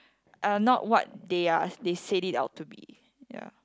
are not what they are they said it out to be ya